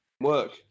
work